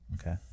Okay